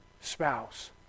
spouse